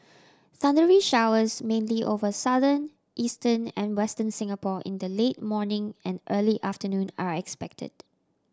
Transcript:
thundery showers mainly over Southern Eastern and Western Singapore in the late morning and early afternoon are expected